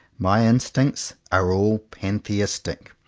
my instincts are all polytheistic.